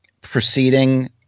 proceeding